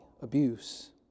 abuse